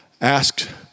asked